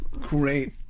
great